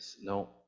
No